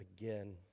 again